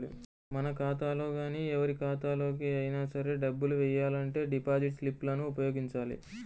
మన ఖాతాలో గానీ ఎవరి ఖాతాలోకి అయినా సరే డబ్బులు వెయ్యాలంటే డిపాజిట్ స్లిప్ లను ఉపయోగించాలి